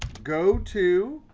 go to,